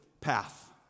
path